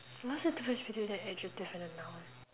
what is difference between an adjective and a noun